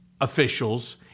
officials